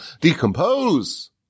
decompose